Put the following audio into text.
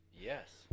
Yes